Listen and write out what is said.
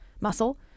muscle